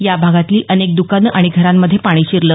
या भागातली अनेक दुकानं आणि घरांमध्ये पाणी शिरलं